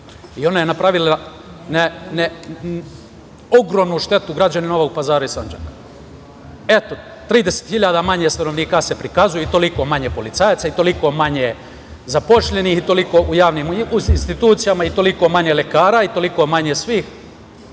i ona je napravila ogromnu štetu građanima Novog Pazara i Sandžaka. Eto, 30 hiljada manje stanovnika se prikazuje i toliko manje policajaca i toliko manje zaposlenih i toliko u javnim institucijama i toliko manje lekara i toliko manje svih. Da